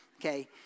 Okay